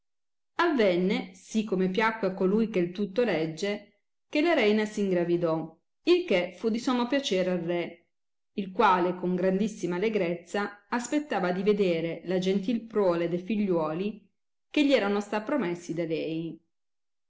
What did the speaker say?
avenne si come piacque a colui che tutto regge che la reina s ingravidò il che fu di sommo piacere al re il quale con grandissima allegrezza aspettava di vedere la gentil prole de figlioli che gli erano sta promessi da lei